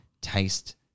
taste